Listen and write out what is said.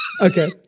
Okay